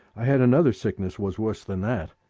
i had another sickness was worse than that.